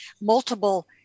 multiple